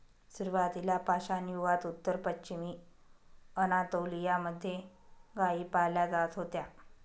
सुरुवातीला पाषाणयुगात उत्तर पश्चिमी अनातोलिया मध्ये गाई पाळल्या जात होत्या